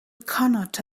cannot